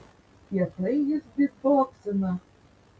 kietai jis bytboksina